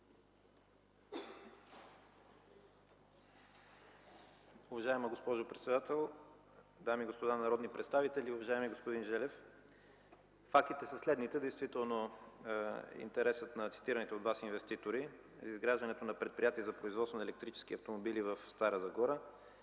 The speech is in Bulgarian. Уважаема госпожо председател, дами и господа народни представители! Уважаеми господин Желев, фактите са следните: действително интересът на цитираните от Вас инвеститори за изграждането на предприятие за производство на електрически автомобили в Стара Загора